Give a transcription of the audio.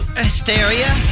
hysteria